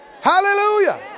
Hallelujah